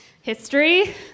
History